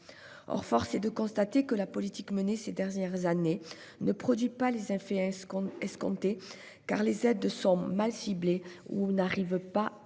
Or force est de constater que la politique menée ces dernières années ne produit pas les effets escomptés, car les aides sont mal ciblées. Rémi Cardon